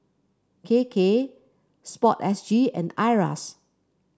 K K sport S G and Iras